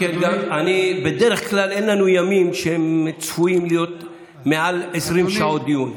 בדרך כלל אין לנו ימים שצפויים להיות בהם מעל 20 שעות דיון.